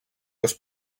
was